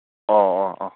ꯑꯣ ꯑꯣ ꯑꯣ